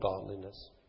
godliness